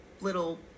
little